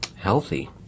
Healthy